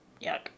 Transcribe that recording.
Yuck